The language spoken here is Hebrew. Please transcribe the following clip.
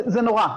זה נורא.